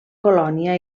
colònia